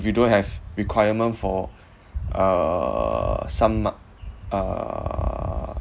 if you don't have requirement for uh some month uh